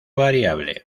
variable